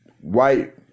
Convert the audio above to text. white